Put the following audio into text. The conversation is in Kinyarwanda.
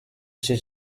iki